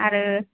आरो